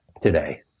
today